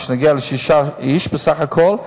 מה שנוגע לשישה איש בסך הכול,